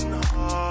heart